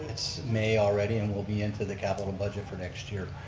it's may already and we'll be into the capital budget for next year.